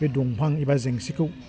बे दंफां एबा जेंसिखौ